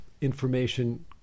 information